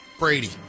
Brady